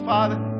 Father